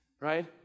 right